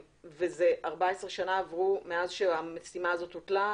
עברו 14 שנים מאז שהמשימה הזו הוחלטה,